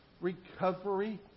Recovery